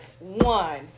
one